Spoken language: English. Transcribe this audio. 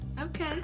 okay